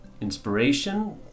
inspiration